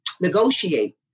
negotiate